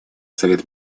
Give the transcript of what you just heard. совет